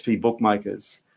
bookmakers